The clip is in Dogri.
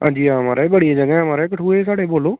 आं जी म्हाराज बड़ियां जगहां न साढ़े कठुआ बोल्लो